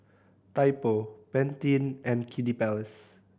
Typo Pantene and Kiddy Palace